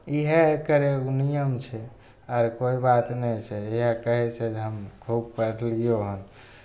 इएह एकर एगो नियम छै आओर कोइ बात नहि छै इएह कहै छै हम खूब पढ़लियौ हँ